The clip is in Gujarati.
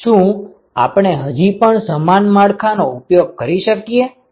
શું આપણે હજી પણ સમાન માળખા નો ઉપયોગ કરી શકીએ